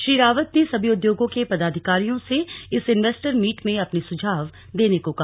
श्री रावत ने सभी उद्योगों के पदाधिकारियों से इस इनवेस्टर मीट में अपने सुझाव देने को कहा